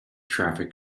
traffic